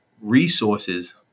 resources